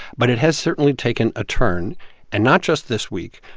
but it has certainly taken a turn and not just this week.